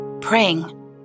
Praying